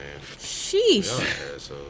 Sheesh